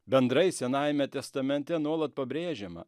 bendrai senajame testamente nuolat pabrėžiama